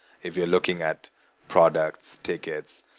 if you're looking at products, tickets,